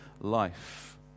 life